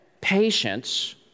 patience